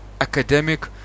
academic